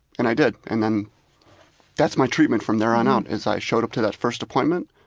and i did. and then that's my treatment from there on out, is i showed up to that first appointment,